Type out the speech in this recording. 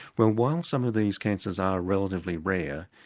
well while some of these cancers are relatively rare,